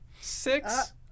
Six